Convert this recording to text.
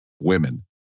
women